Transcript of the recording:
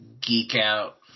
geek-out